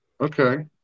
Okay